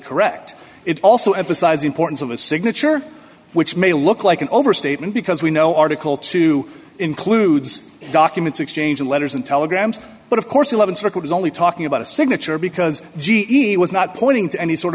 correct it also emphasize the importance of a signature which may look like an overstatement because we know article two includes documents exchanging letters and telegrams but of course eleven circle was only talking about a signature because g e was not pointing to any sort